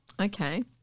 Okay